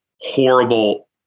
horrible